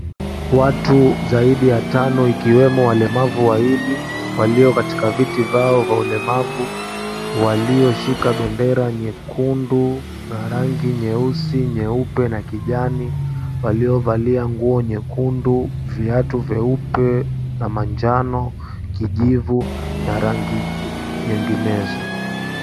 Watu zaidi ya tano ikiwemo walemavu wawili, walio katika viti vyao vya ulemavu walioshika bendera nyekundu na rangi nyeusi, nyeupe na kijani, waliovalia nguo nyekundu, viatu vyeupe na manjano, kijivu na rangi nyinginezo.